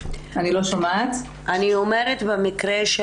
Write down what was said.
במקרה של